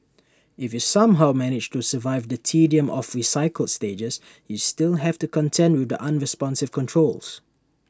if you somehow manage to survive the tedium of recycled stages you still have to contend with the unresponsive controls